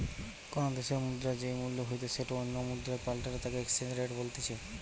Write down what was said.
কোনো দ্যাশের মুদ্রার যেই মূল্য হইতে সেটো অন্য মুদ্রায় পাল্টালে তাকে এক্সচেঞ্জ রেট বলতিছে